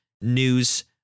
news